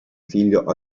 figlio